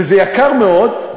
וזה יקר מאוד,